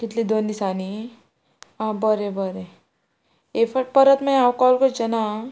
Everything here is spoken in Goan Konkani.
कितले दोन दिसांनी आं बरें बरें हे फाट परत मागीर हांव कॉल करचेना आं